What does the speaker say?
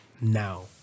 now